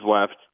left